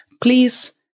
please